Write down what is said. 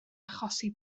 achosi